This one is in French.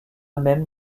même